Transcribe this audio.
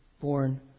born